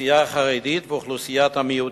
האוכלוסייה החרדית ואוכלוסיית המיעוטים.